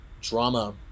drama